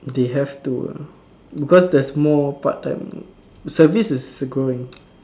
they have to lah because there's more part time service is growing